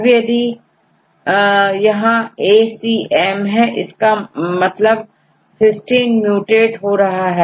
अब यदि यहांACM हो तो इसका मतलब cystine mutate हो रहा है